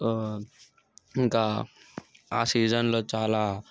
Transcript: ఇంకా ఆ సీజన్లో చాలా